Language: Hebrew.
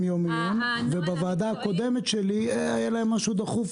יום עיון ובוועדה הקודמת שלי היה להם משהו דחוף,